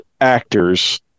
actors